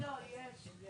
לא, יש.